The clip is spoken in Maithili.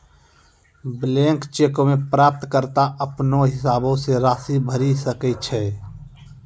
बलैंक चेको मे प्राप्तकर्ता अपनो हिसाबो से राशि भरि सकै छै